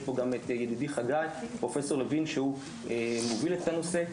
ויש פה גם את ידידי חגי פרופסור לוין שהוא מוביל את הנושא,